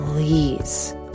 please